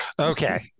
Okay